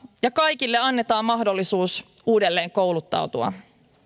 ja kaikille annetaan mahdollisuus uudelleenkouluttautua